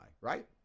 Right